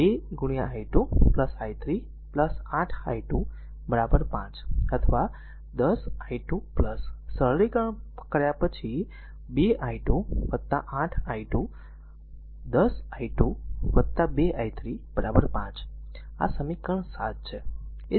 તેથી 2 i2 i3 8 i2 5 અથવા10 i2 સરળીકરણ પછી 2 i2 8 i2 10 i2 2 i3 5 આ સમીકરણ 7 છે